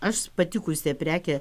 aš patikusią prekę